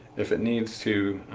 if it needs to